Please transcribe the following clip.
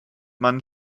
man